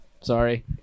Sorry